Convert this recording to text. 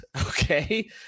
okay